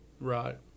Right